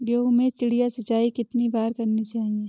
गेहूँ में चिड़िया सिंचाई कितनी बार करनी चाहिए?